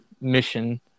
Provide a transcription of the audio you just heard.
mission